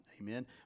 Amen